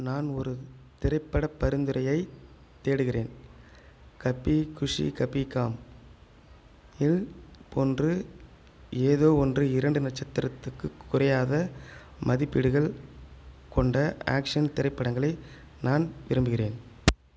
நான் ஒரு திரைப்படப் பரிந்துரையை தேடுகிறேன் கபி குஷி கபி காம் இல் போன்று ஏதோ ஒன்று இரண்டு நட்சத்திரத்துக்கு குறையாத மதிப்பீடுகள் கொண்ட ஆக்ஷன் திரைப்படங்களை நான் விரும்புகிறேன்